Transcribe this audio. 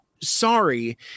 sorry